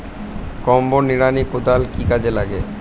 Combo নিড়ানি কোদাল কি কাজে লাগে?